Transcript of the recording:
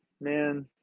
man